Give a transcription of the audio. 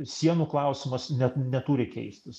sienų klausimas net neturi keistis